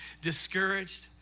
discouraged